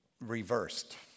reversed